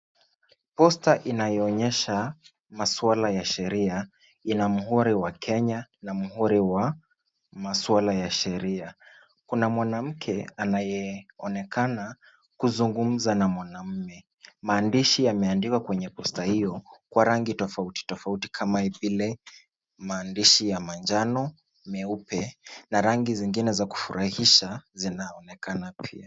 Posta inayoonyesha maswala ya sheria ina muhuri wa Kenya na muhuri wa maswala ya sheria. Kuna mwanamke anayeonekana kuzungumza na mwanaume. Maandishi yameandikwa kwenye posta hio kwa rangi tofauti tofauti kama vile, maandishi ya manjano, meupe na rangi zingine za kufurahisha zinaonekana pia.